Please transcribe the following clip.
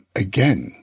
again